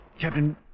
Captain